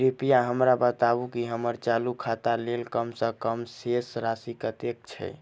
कृपया हमरा बताबू की हम्मर चालू खाता लेल कम सँ कम शेष राशि कतेक छै?